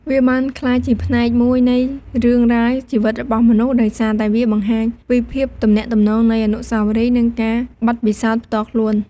វាបានក្លាយជាផ្នែកមួយនៃរឿងរ៉ាវជីវិតរបស់មនុស្ស ដោយសារតែវាបង្ហាញពីភាពទំនាក់ទំនងនៃអនុស្សាវរីយ៍ និងការបទពិសោធន៍ផ្ទាល់ខ្លួន។